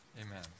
amen